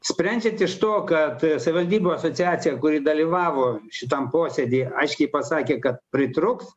sprendžiant iš to kad savivaldybių asociacija kuri dalyvavo šitam posėdy aiškiai pasakė kad pritrūks